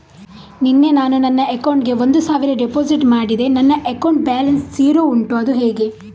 ನಿನ್ನೆ ನಾನು ನನ್ನ ಅಕೌಂಟಿಗೆ ಒಂದು ಸಾವಿರ ಡೆಪೋಸಿಟ್ ಮಾಡಿದೆ ನನ್ನ ಅಕೌಂಟ್ ಬ್ಯಾಲೆನ್ಸ್ ಝೀರೋ ಉಂಟು ಅದು ಹೇಗೆ?